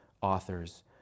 authors